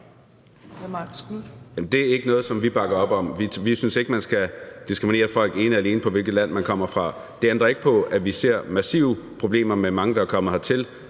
Det er ikke noget, som vi bakker op om. Vi synes ikke, at man skal diskriminere folk ene og alene på, hvilket land de kommer fra. Det ændrer ikke på, at vi ser massive problemer med mange, der er kommet hertil,